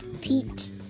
Pete